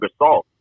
Gasol